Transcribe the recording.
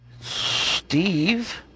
Steve